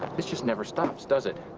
this just never stops, does it?